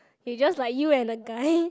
it's just like you and the guy